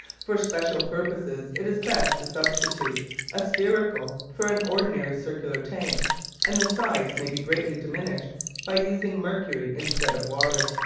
for special purposes it is best to substitute a spherical for an ordinary circular tank and the size may be greatly diminished by using mercury instead of water.